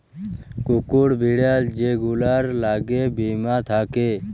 কুকুর, বিড়াল যে গুলার ল্যাগে বীমা থ্যাকে